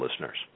listeners